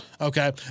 okay